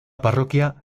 parroquia